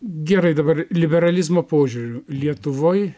gerai dabar liberalizmo požiūriu lietuvoj